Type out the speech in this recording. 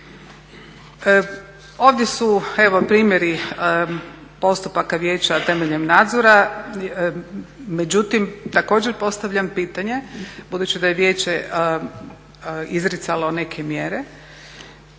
Ovdje su evo primjeri postupaka vijeća temeljem nadzora. Međutim, također postavljam pitanje budući da je Vijeće izricalo neke mjere